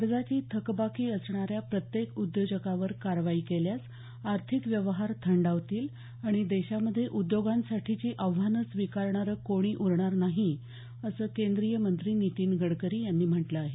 कर्जाची थकबाकी असणाऱ्या प्रत्येक उद्योजकावर कारवाई केल्यास आर्थिक व्यवहार थंडावतील आणि देशामध्ये उद्योगांसाठीची आव्हानं स्वीकारणारं कोणी उरणार नाही असं केंद्रीय मंत्री नितीन गडकरी यांनी म्हटलं आहे